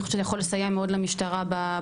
אני חושבת שזה יכול לסייע מאוד למשטרה בהקשר.